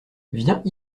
viens